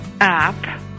app